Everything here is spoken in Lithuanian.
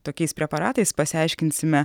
tokiais preparatais pasiaiškinsime